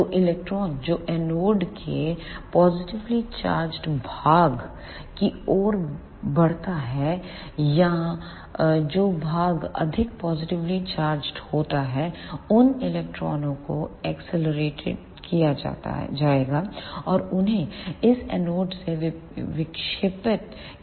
तो इलेक्ट्रॉन जो एनोड के पॉजिटिवली चार्जड भाग की ओर बढ़ता है या जो भाग अधिक पॉजिटिवली चार्जड होता है उन इलेक्ट्रॉनों को एक्सलरेटेड किया जाएगा और उन्हें इस एनोड से विक्षेपित किया जाएगा